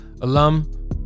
alum